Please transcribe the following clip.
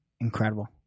Incredible